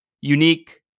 Unique